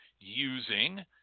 using